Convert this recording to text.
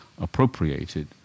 appropriated